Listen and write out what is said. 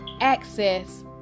access